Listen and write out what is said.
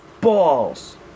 Balls